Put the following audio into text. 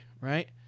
right